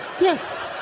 Yes